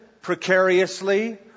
precariously